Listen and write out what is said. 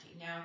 Now